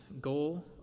goal